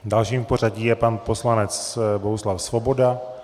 Dalším v pořadí je pan poslanec Bohuslav Svoboda.